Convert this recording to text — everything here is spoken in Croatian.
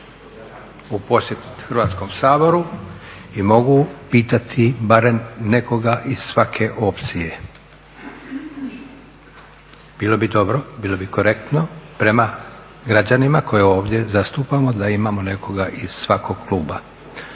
u posjet Hrvatskom saboru i mogu pitati barem nekoga iz svake opcije. Bilo bi dobro, bilo bi korektno prema građanima koje ovdje zastupamo da imamo nekoga iz svakog kluba.